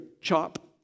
chop